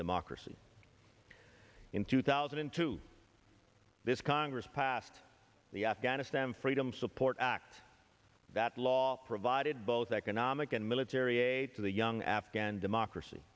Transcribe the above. democracy in two thousand and two this congress passed the afghanistan freedom support act that law provided both economic and military aid to the young afghan democracy